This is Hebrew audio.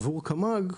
עבור קמ"ג,